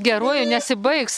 geruoju nesibaigs